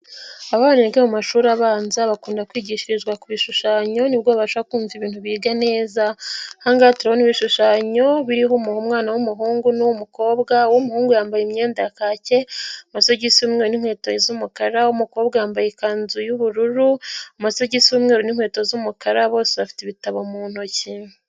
Abana biga mu mashuri abanza bakunda kwigishirizwa ku bishushanyo, nibwo babasha kumva ibintu biga neza. Aha ngaha turabona ibishushanyo biriho umuh' umwana w'umuhungu n'uw'umukobwa, uw'umuhungu yambaye imyenda ya kake, amasogisi y'umweru n'inkweto z'umukara ,uw'umukobwa yambaye ikanzu y'ubururu, amasogosi y'umweru n'inkweto z'umukara, bose bafite ibitabo mu ntoki.